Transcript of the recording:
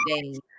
days